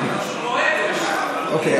אני פשוט, אוקיי.